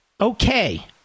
okay